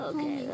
Okay